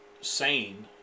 sane